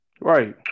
Right